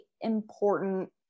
important